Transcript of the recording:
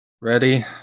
ready